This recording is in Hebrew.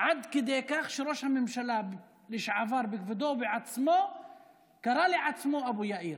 עד כדי כך שראש הממשלה לשעבר בכבודו ובעצמו קרא לעצמו אבו יאיר.